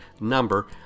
number